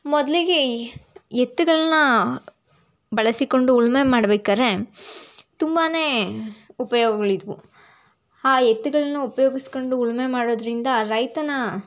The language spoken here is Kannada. ಮೊದಲಿಗೆ ಎತ್ತುಗಳ್ನ ಬಳಸಿಕೊಂಡು ಉಳುಮೆ ಮಾಡ್ಬೇಕಾದ್ರೇ ತುಂಬಾ ಉಪಯೋಗಗಳಿದ್ದವು ಆ ಎತ್ತುಗಳ್ನ ಉಪ್ಯೋಗಿಸ್ಕಂಡು ಉಳುಮೆ ಮಾಡೋದರಿಂದ ರೈತನ